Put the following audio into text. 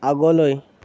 আগলৈ